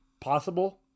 Possible